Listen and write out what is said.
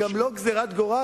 זו גם לא גזירת גורל,